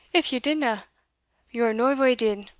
if ye didna, your nevoy did,